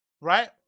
right